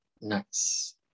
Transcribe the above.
Nice